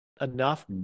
enough